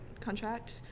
contract